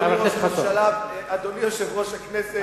אדוני ראש הממשלה, אה, אדוני יושב-ראש הכנסת.